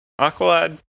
Aqualad